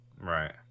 Right